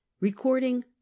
recording